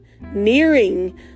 nearing